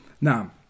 Now